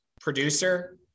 producer